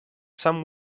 some